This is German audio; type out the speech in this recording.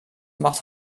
macht